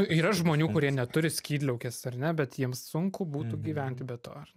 yra žmonių kurie neturi skydliaukės ar ne bet jiems sunku būtų gyventi be to ar